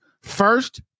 First